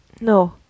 No